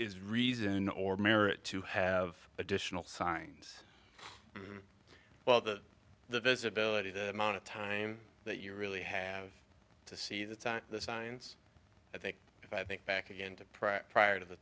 is reason or merit to have additional signs well that the visibility the amount of time that you really have to see the signs i think if i think back again to prior prior to the